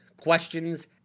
questions